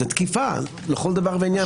זה תקיפה לכול דבר ועניין.